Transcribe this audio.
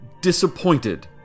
disappointed